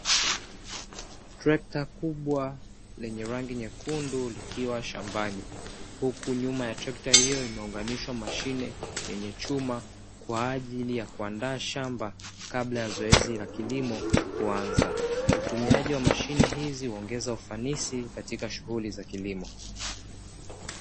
Trekta kubwa lenye rangi nyekundu likiwa shambani, huku nyuma ya trekta hiyo imeunganishwa mashine yenye chuma kwa ajili ya kuandaa shamba kabla ya zoezi la kilimo kuanza. Utumiaji wa mashine hizi huongeza ufanisi katika shughuli za kilimo.